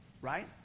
right